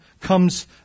comes